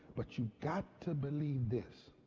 but you've got to believe this.